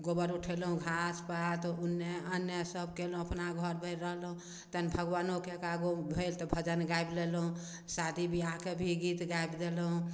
गोबर उठेलहुॅं घास पात उन्ने अन्ने सब केलहुॅं अपना घरमे रहलहुॅं तहन भगबानोके एक आध गो भेल तऽ भजन गाबि लेलहुॅं शादी विवाहके भी गीत गाबि देलहुॅं